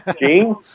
Gene